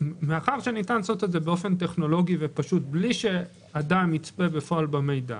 מאחר וניתן לעשות את זה באופן טכנולוגי ופשוט בלי שאדם יצפה בפועל במידע